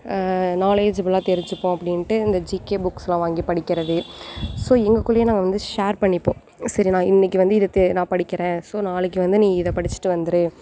நாலேஜ்புல்லாக தெரிஞ்சுபோம் அப்படின்னுட்டு அந்த ஜிகே புக்ஸ் எல்லாம் வாங்கி படிகிறது ஸோ எங்ககுள்ளேயே நாங்கள் வந்து ஷேர் பண்ணிப்போம் சரி நான் இன்னக்கு வந்து இதை தே நான் படிக்கிறேன் ஸோ நாளைக்கு வந்து நீ இதை படிச்சிவிட்டு வந்துரு